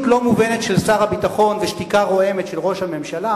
לא מובנת של שר הביטחון ושתיקה רועמת של ראש הממשלה.